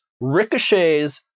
ricochets